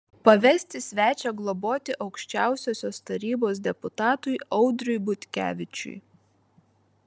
pavesti svečią globoti aukščiausiosios tarybos deputatui audriui butkevičiui